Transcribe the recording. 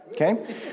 okay